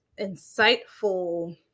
insightful